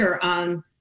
on